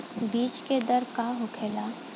बीज के दर का होखेला?